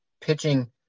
Pitching